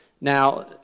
Now